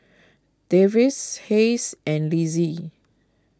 Davids Hays and Linzy